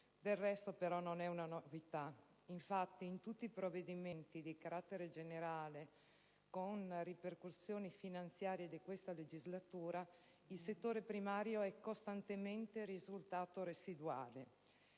del resto, non è una novità. Infatti, in tutti i provvedimenti di carattere generale con ripercussioni finanziarie di questa legislatura, il settore primario è costantemente risultato residuale,